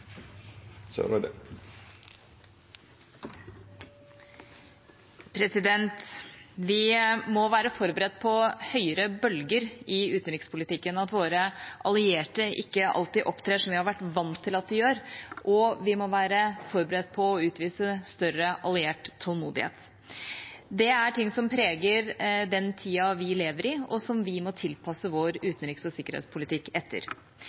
til. Vi må være forberedt på høyere bølger i utenrikspolitikken, at våre allierte ikke alltid opptrer slik vi har vært vant til at de gjør, og vi må være forberedt på å utvise større alliert tålmodighet. Det er ting som preger den tida vi lever i, og som vi må tilpasse vår utenriks- og sikkerhetspolitikk etter.